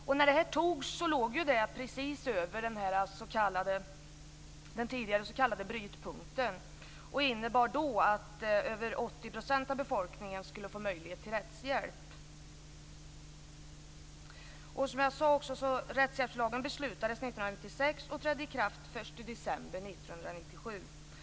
När beslutet fattades låg det beloppet precis över den tidigare s.k. brytpunkten och innebar då att över 80 % av befolkningen skulle få möjlighet till rättshjälp. Beslutet om rättshjälpslagen fattades 1996, och den trädde i kraft den 1 december 1997.